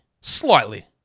Slightly